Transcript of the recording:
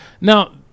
now